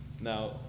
Now